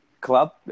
club